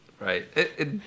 Right